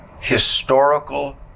Historical